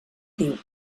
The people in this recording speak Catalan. diu